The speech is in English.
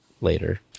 later